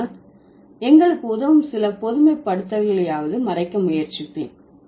ஆனால் எங்களுக்கு உதவும் சில பொதுமைப்படுத்தல்களையாவது மறைக்க முயற்சிப்பேன்